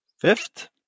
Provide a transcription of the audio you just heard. fifth